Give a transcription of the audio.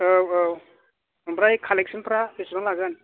औ औ आमफ्राय कालेक्टसनफ्रा बेसेबां लागोन